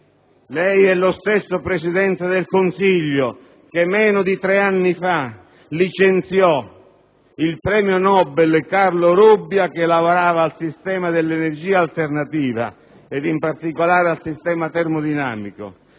lei è lo stesso Presidente del Consiglio che meno di tre anni fa licenziò il premio Nobel Carlo Rubbia, che lavorava al sistema dell'energia alternativa e in particolare al sistema termodinamico.